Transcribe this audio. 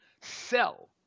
sell